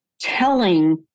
telling